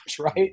right